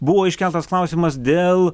buvo iškeltas klausimas dėl